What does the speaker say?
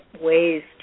ways